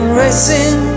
racing